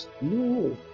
No